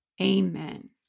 Amen